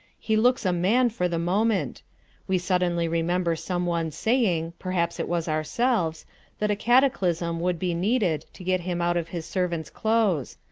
he looks a man for the moment we suddenly remember some one's saying perhaps it was ourselves that a cataclysm would be needed to get him out of his servant's clothes,